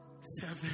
seven